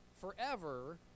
forever